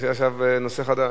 יש עכשיו נושא חדש.